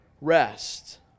rest